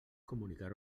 comunicar